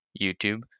YouTube